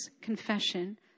confession